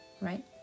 right